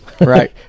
Right